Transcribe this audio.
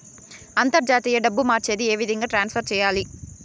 అంతర్జాతీయ డబ్బు మార్చేది? ఏ విధంగా ట్రాన్స్ఫర్ సేయాలి?